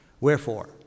Wherefore